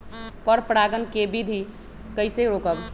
पर परागण केबिधी कईसे रोकब?